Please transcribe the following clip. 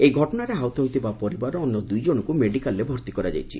ଏହି ଘଟଣାରେ ଆହତ ହୋଇଥିବା ପରିବାରର ଅନ୍ୟ ଦୁଇଜଣଙ୍କୁ ମେଡିକାଲ୍ରେ ଭର୍ତ୍ତି କରାଯାଇଛି